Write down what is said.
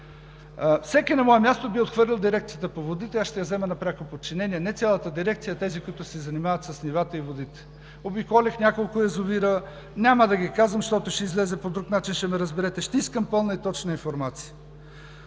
Всеки на мое място би отхвърлил Дирекцията по водите. Аз ще я взема на пряко подчинение – не цялата Дирекция, а тези, които се занимават с нивáта и водите. Обиколих няколко язовира – няма да ги казвам, защото ще излезе по друг начин – ще ме разберете. Ще искам пълна и точна информация.